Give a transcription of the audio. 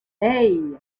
hey